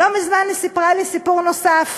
לא מזמן היא סיפרה לי סיפור נוסף.